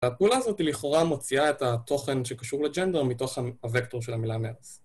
והפעולה הזאתי לכאורה מוציאה את התוכן שקשור לג'נדר מתוך הווקטור של המילה Mets.